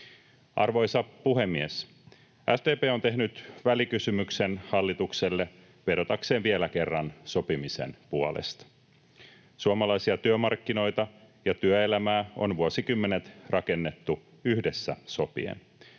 Arvoisa puhemies! SDP on tehnyt välikysymyksen hallitukselle vedotakseen vielä kerran sopimisen puolesta. Suomalaisia työmarkkinoita ja työelämää on vuosikymmenet rakennettu yhdessä sopien.